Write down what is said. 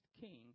king